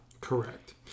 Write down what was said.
Correct